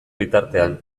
bitartean